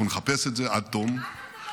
אנחנו נחפש את זה עד תום -- על מה אתה מדבר?